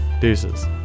deuces